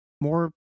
more